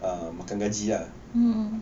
ah makan gaji ah